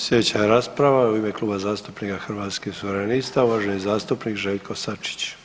Slijedeća je rasprava u ime Kluba zastupnika Hrvatskih suverenista, uvaženi zastupnik Željko Sačić.